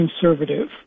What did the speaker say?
conservative